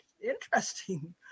Interesting